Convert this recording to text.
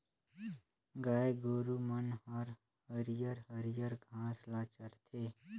गाय गोरु मन हर हरियर हरियर घास ल चरथे